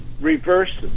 reverse